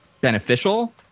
beneficial